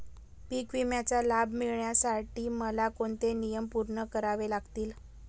पीक विम्याचा लाभ मिळण्यासाठी मला कोणते नियम पूर्ण करावे लागतील?